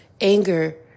anger